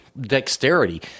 dexterity